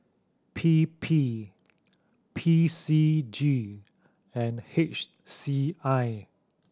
P P P C G and H C I